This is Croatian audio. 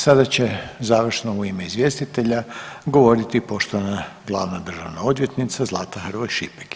Sada će završno u ime izvjestitelja govoriti poštovana glavna državna odvjetnica Zlata Hrvoj Šipek.